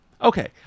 Okay